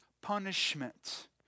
punishment